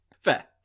fair